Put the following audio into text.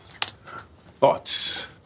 Thoughts